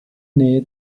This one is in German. nähe